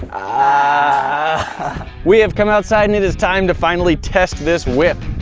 ah we have come outside and it is time to finally test this whip.